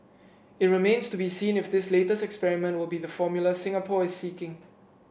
it remains to be seen if this latest experiment will be the formula Singapore is seeking